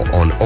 on